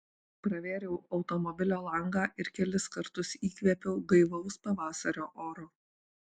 pravėriau automobilio langą ir kelis kartus įkvėpiau gaivaus pavasario oro